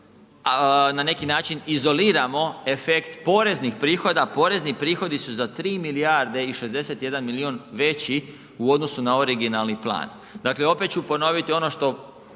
na neki način izoliramo efekt poreznih prihoda, porezni prihodi su za 3 milijarde i 61 milijuna veći u odnosu na originalni plan. Dakle opet ću ponoviti ono što